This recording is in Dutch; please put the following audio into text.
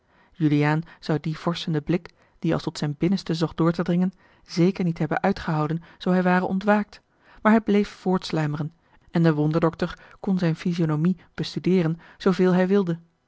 juliaan zou dien vorschenden blik die als tot zijn binnenste zocht door te dringen zeker niet hebben uitgehouden zoo hij ware ontwaakt maar hij bleef voortsluimeren en de wonderdokter kon zijne physionomie bestudeeren zooveel hij wilde